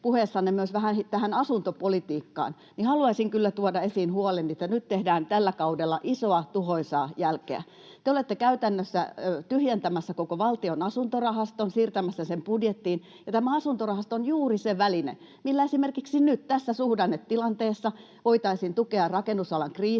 puheessanne myös vähän asuntopolitiikkaan, niin haluaisin kyllä tuoda esiin huoleni, että nyt tehdään tällä kaudella isoa tuhoisaa jälkeä. Te olette käytännössä tyhjentämässä koko Valtion asuntorahaston, siirtämässä sen budjettiin, ja tämä asuntorahasto on juuri se väline, millä esimerkiksi nyt tässä suhdannetilanteessa voitaisiin tukea rakennusalan kriisiä.